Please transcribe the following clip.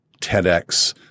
TEDx